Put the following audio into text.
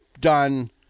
done